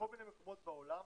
מיני מקומות בעולם